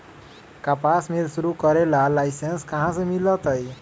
कपास मिल शुरू करे ला लाइसेन्स कहाँ से मिल तय